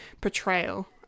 portrayal